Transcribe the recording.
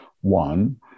One